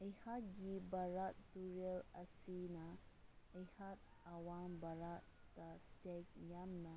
ꯑꯩꯍꯥꯛꯀꯤ ꯕꯔꯥꯛ ꯇꯨꯔꯦꯜ ꯑꯁꯤꯅ ꯑꯩꯍꯥꯛ ꯑꯋꯥꯡ ꯚꯥꯔꯠꯇ ꯏꯁꯇꯦꯠ ꯌꯥꯝꯅ